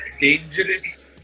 dangerous